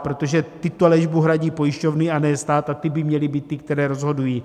Protože tyto léčbu hradí pojišťovny, a ne stát, a ty by měly být ty, které rozhodují.